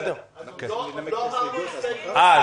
תהיה הצבעה היום.